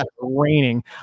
raining